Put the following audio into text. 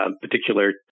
particular